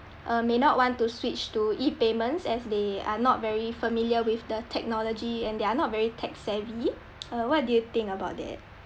uh may not want to switch to E-payments as they are not very familiar with the technology and they are not very tech-savvy uh what do you think about that